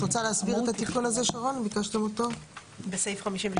את רוצה להסביר את התיקון שביקשתם בסעיף 52?